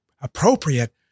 appropriate